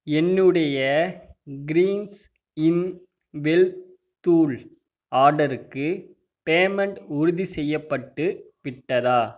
என்னுடைய கிரீன்ஸ் இன் வெல்ல தூள் ஆர்டர்க்கு பேமெண்ட் உறுதிசெய்யப்பட்டு விட்டதா